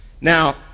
Now